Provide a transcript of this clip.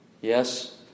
Yes